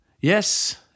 Yes